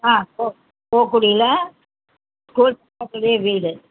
ஆ கோ கோக்குடியில் ஸ்கூல் பக்கத்துலேயே வீடு